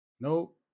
Nope